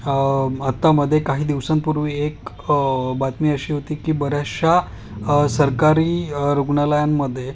आत्तामधे काही दिवसांपूर्वी एक बातमी अशी होती की बऱ्याचशा सरकारी रुग्णालयांमध्ये